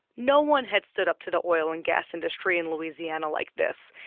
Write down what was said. no one had stood up to the oil and gas industry in louisiana like this,